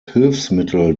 hilfsmittel